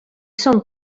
són